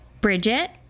Bridget